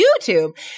YouTube